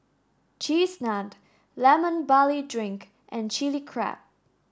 Cheese Naan lemon barley drink and chili crab